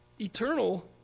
eternal